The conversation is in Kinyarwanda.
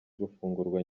gufungurwa